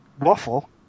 Waffle